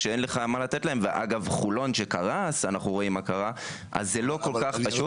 כשאפילו אין מה לתת להם זה לא דבר כל כך פשוט.